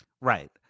Right